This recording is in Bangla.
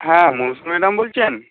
হ্যাঁ বোস ম্যাডাম বলছেন